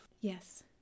Yes